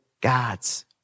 God's